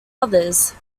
others